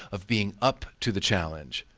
of being up to the challenge,